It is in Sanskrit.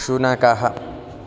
शुनकः